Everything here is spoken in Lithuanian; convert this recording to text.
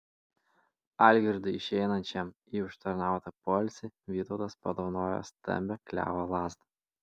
algirdui išeinančiam į užtarnautą poilsį vytautas padovanojo stambią klevo lazdą